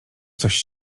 coś